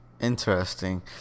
Interesting